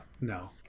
no